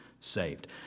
saved